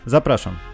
Zapraszam